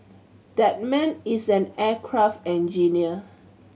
that man is an aircraft engineer